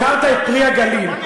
הזכרת את "פרי הגליל".